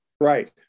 right